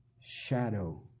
shadow